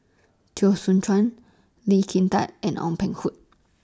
Teo Soon Chuan Lee Kin Tat and Ong Peng Hock